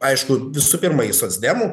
aišku visų pirma į socdemų